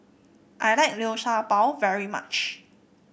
I like Liu Sha Bao very much